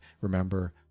remember